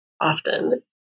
often